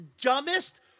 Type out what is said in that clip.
dumbest